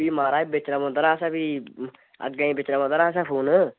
फ्ही महाराज बेचने पौंदा ना असें फ्ही अग्गें बेचने पौंदा ना असें फोन